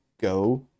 go